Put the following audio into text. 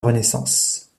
renaissance